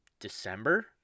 December